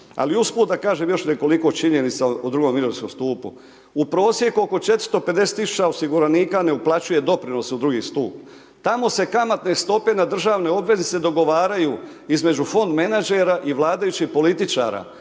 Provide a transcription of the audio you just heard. Ali usput da kažem još nekoliko činjenica u drugom mirovinskom stupu. U prosjeku oko 450 tisuća osiguranika ne uplaćuje doprinos u drugi stup. Tamo se kamatne stope na državnoj obvezi se dogovaraju između fond menađera i vladajućih političara,